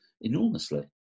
enormously